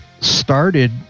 started